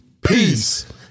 Peace